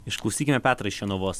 išklausykime petrą iš jonavos